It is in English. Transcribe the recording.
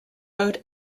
road